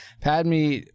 Padme